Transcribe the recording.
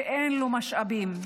שאין לו משאבים.